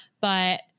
but-